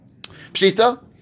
Pshita